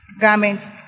garments